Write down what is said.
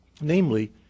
Namely